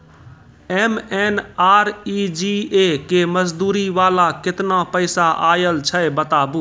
MNREGA के मज़दूरी वाला केतना पैसा आयल छै बताबू?